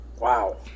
Wow